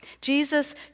Jesus